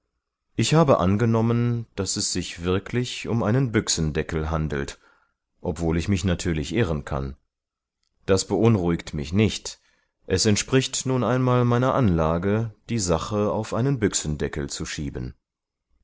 ich habe angenommen daß es sich wirklich um einen büchsendeckel handelt obwohl ich mich natürlich irren kann das beunruhigt mich nicht es entspricht nun einmal meiner anlage die sache auf einen büchsendeckel zu schieben